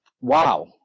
wow